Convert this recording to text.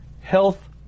health